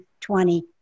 20